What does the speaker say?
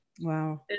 Wow